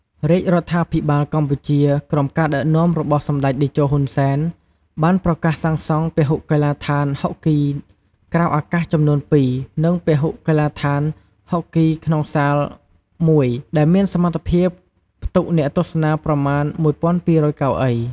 រាជរដ្ឋាភិបាលកម្ពុជា ក្រោមការដឹកនាំរបស់សម្ដេចតេជោ ហ៊ុន សែន បានប្រកាសសាងសង់ពហុកីឡដ្ឋានហុកគីក្រៅអាកាសចំនួនពីរ និងពហុកីឡដ្ឋានហុកគីក្នុងសាលមួយ ដែលមានសមត្ថភាពផ្ទុកអ្នកទស្សនាប្រមាណ ១,២០០ កៅអី។